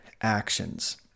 actions